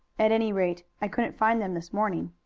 at any rate, i couldn't find them this morning.